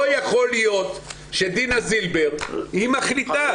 לא יכול להיות שדינה זילבר היא מחליטה.